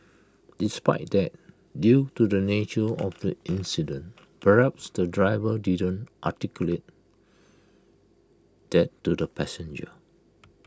despite that due to the nature of the incident perhaps the driver didn't articulate that to the passenger